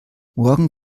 morgen